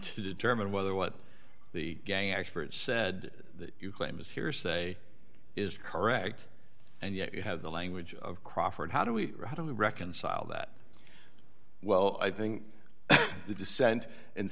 to determine whether what the gang experts said that you claim is hearsay is correct and yet you have the language of crawford how do we how do we reconcile that well i think the dissent and